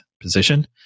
position